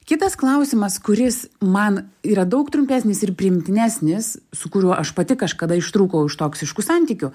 kitas klausimas kuris man yra daug trumpesnis ir priimtinesnis su kuriuo aš pati kažkada ištrūkau iš toksiškų santykių